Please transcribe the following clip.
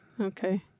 Okay